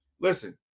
listen